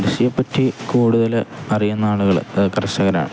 കൃഷിയെപ്പറ്റി കൂടുതൽ അറിയുന്ന ആളുകൾ അത് കർഷകരാണ്